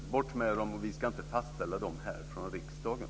Bort med dem! Vi ska inte fastställa dem här från riksdagen.